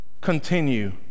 continue